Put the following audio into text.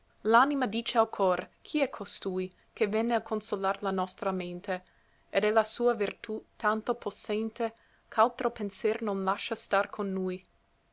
l'anima dice al cor chi è costui che vene a consolar la nostra mente ed è la sua vertù tanto possente ch'altro penser non lascia star con nui